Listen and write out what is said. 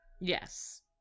Yes